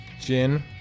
Gin